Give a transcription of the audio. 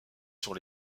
sur